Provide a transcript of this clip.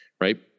right